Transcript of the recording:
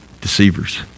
deceivers